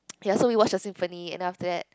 so ya we watch a symphony and then after that